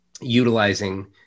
utilizing